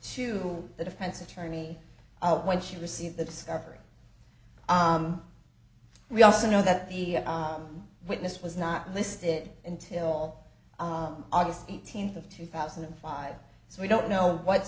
to the defense attorney when she received the discovery we also know that the witness was not listed until august eighteenth of two thousand and five so we don't know what